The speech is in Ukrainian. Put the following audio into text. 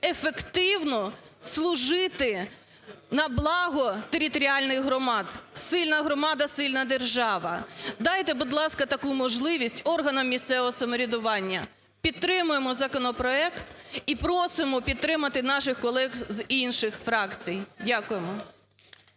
ефективно служити на благо територіальних громад. Сильна громада – сильна держава. Дайте, будь ласка, таку можливість органам місцевого самоврядування. Підтримуємо законопроект і просимо підтримати наших колег з інших фракцій. Дякуємо.